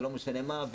לא משנה מה,